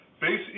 Base